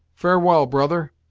farewell, brother.